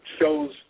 shows